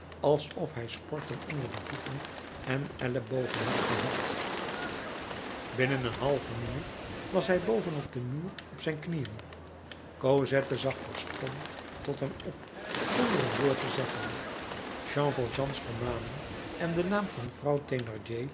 alsof hij sporten onder de voeten en ellebogen had gehad binnen een halve minuut was hij boven op den muur op zijn knieën cosette zag verstomd tot hem op zonder een woord te zeggen jean valjeans vermaning en de naam van vrouw